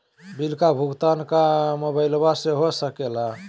Bill का भुगतान का मोबाइलवा से हो सके ला?